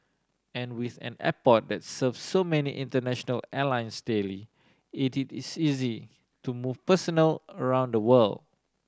and with an airport that serves so many international airlines daily it it is easy to move personnel around the world